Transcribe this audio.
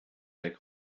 der